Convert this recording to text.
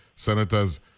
Senators